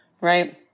Right